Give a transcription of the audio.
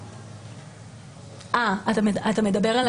אתה מדבר על